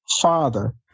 Father